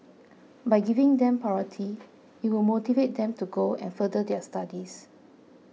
by giving them priority it will motivate them to go and further their studies